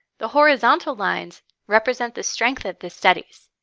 the horizontal lines represent the strength of the studies.